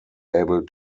able